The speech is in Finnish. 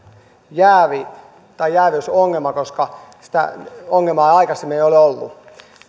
jäävi tai jääviysongelma koska sitä ongelmaa ei aikaisemmin ole ollut